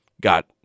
got